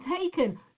taken